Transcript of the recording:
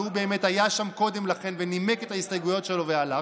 והוא באמת היה שם קודם לכן ונימק את ההסתייגויות שלו והלך,